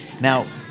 Now